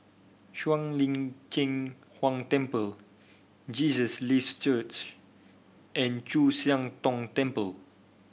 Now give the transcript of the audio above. Shuang Lin Cheng Huang Temple Jesus Lives Church and Chu Siang Tong Temple